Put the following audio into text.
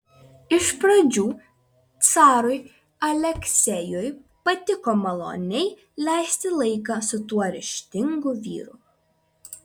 iš pradžių carui aleksejui patiko maloniai leisti laiką su tuo ryžtingu vyru